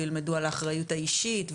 וילמדו על האחריות האישית,